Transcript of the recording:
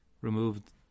removed